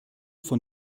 von